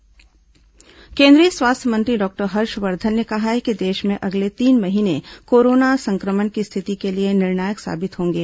स्वास्थ्य मंत्री कोरोना केंद्रीय स्वास्थ्य मंत्री डॉक्टर हर्षवर्धन ने कहा है कि देश में अगले तीन महीने कोरोना संक्रमण की स्थिति को लिए निर्णायक साबित होंगे